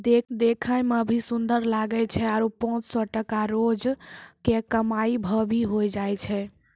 देखै मॅ भी सुन्दर लागै छै आरो पांच सौ टका रोज के कमाई भा भी होय जाय छै